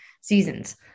seasons